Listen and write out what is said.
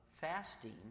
fasting